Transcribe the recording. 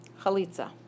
Chalitza